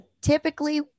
Typically